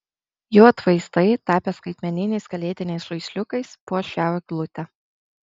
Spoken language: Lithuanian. jų atvaizdai tapę skaitmeniniais kalėdiniais žaisliukais puoš šią eglutę